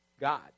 God